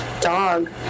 dog